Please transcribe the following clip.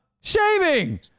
Shaving